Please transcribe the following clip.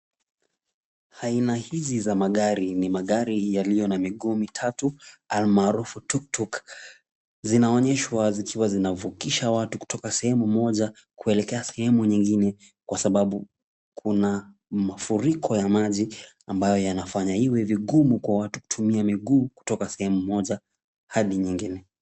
Aina hizi za magari, ni magari yaliyo na miguu mitatu almaarufu tuktuk . Zinaoneshwa zikiwa zinavukisha watu kutoka sehemu moja kuelekea sehemu nyingine, kwa sababu kuna mafuriko ya maji ambayo yanafanya iwe vigumu kwa watu kutumia miguu kutoka sehemu moja hadi nyingine.